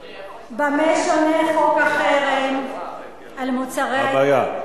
אדוני, במה שונה חוק החרם על מוצרי, מה הבעיה?